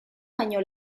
baino